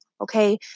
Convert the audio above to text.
okay